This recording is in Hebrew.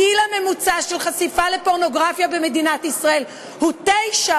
הגיל הממוצע של חשיפה לפורנוגרפיה במדינת ישראל הוא תשע.